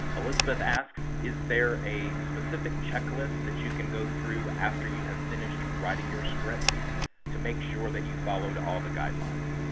elizabeth asks, is there a specific checklist that you can go through after you have finished writing your script to make sure that you followed all the guidelines?